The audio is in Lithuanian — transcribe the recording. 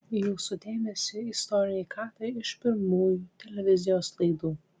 jūsų dėmesiui istoriniai kadrai iš pirmųjų televizijos laidų